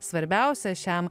svarbiausia šiam